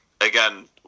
again